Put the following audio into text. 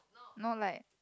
no like